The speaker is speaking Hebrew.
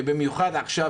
ובמיוחד עכשיו,